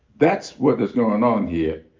that's what is going on here.